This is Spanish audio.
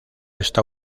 está